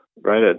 right